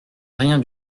rien